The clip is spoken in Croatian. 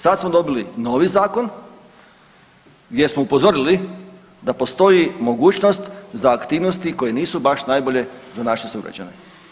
Sada smo dobili novi zakon gdje smo upozorili da postoji mogućnost za aktivnosti koje nisu baš najbolje za naše sugrađane.